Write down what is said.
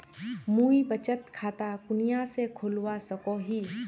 मुई बचत खता कुनियाँ से खोलवा सको ही?